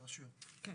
אבל